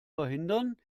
verhindern